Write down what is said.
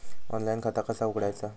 Online खाता कसा उघडायचा?